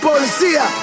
Policía